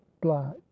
black